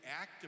act